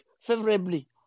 favorably